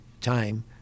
time